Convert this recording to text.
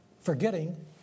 forgetting